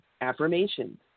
affirmation